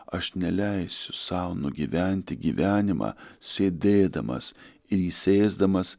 aš neleisiu sau nugyventi gyvenimą sėdėdamas ir įsėsdamas